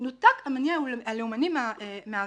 נותק המניע הלאומני מהעבירה,